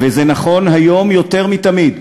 וזה נכון היום יותר מתמיד,